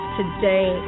today